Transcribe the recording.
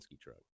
truck